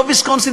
לא ויסקונסין,